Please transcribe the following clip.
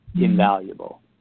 invaluable